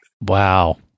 Wow